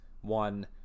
one